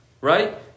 Right